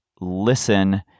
listen